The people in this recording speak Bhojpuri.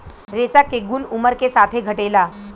रेशा के गुन उमर के साथे घटेला